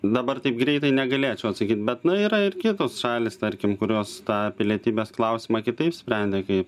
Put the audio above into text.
dabar taip greitai negalėčiau atsakyt bet na yra ir kitos šalys tarkim kurios tą pilietybės klausimą kitaip sprendė kaip